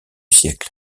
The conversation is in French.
siècle